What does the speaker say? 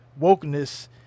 wokeness